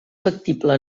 factible